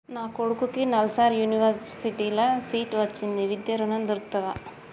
నా కొడుకుకి నల్సార్ యూనివర్సిటీ ల సీట్ వచ్చింది విద్య ఋణం దొర్కుతదా?